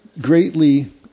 greatly